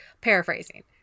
paraphrasing